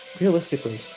Realistically